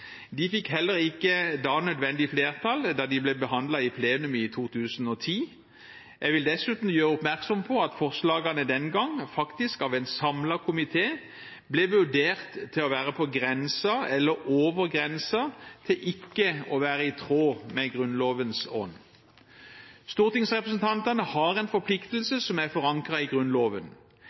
De fikk heller ikke da nødvendig flertall da de ble behandlet i plenum i 2010. Jeg vil dessuten gjøre oppmerksom på at forslagene den gang faktisk av en samlet komité ble vurdert til å være på grensen eller over grensen til ikke å være i tråd med Grunnlovens ånd. Stortingsrepresentantene har en forpliktelse som er forankret i Grunnloven.